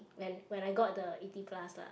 when when I got the eighty plus lah